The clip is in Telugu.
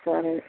సరే